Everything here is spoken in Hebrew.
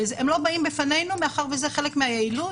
הם לא באים בפנינו מאחר וזה חלק מהיעילות.